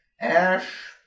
Ash